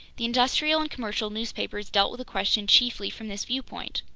the industrial and commercial newspapers dealt with the question chiefly from this viewpoint.